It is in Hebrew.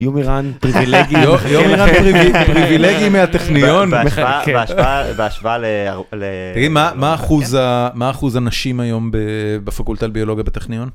יומירן, פריבילגי מהטכניון. בהשוואה ל... תגיד, מה אחוז הנשים היום בפקולטה לביולוגיה בטכניון?